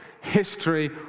history